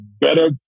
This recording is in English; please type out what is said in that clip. better